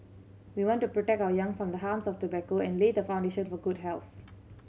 we want to protect our young from the harms of tobacco and lay the foundation for good health